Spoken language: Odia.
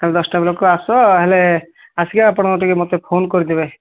କାଲି ଦଶଟା ବେଳକୁ ଆସ ହେଲେ ଆସିକି ଆପଣ ଟିକେ ମୋତେ ଫୋନ୍ କରିଦେବେ